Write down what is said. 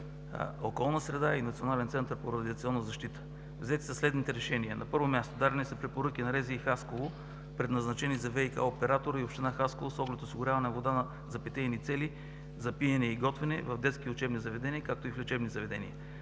„Околна среда“ и Национален център по радиационна защита, са взети следните решения. На първо място, дадени са препоръки на РЗИ – Хасково, предназначени за ВиК -оператора и община Хасково, с оглед осигуряване на вода за питейни цели за пиене и готвене в детски и учебни заведения, както и в лечебни заведения.